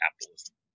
capitalism